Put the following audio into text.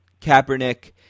Kaepernick